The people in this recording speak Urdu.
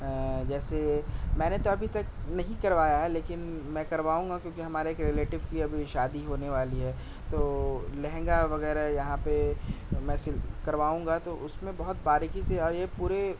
جیسے میں نے تو ابھی تک نہیں کروایا ہے لیکن میں کرواؤں گا کیونکہ ہمارے ایک رلیٹو کی ابھی شادی ہونے والی ہے تو لہنگا وغیرہ یہاں پہ میں سل کرواؤں گا تو اس میں بہت باریکی سے اور یہ پورے